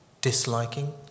disliking